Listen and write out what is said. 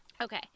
okay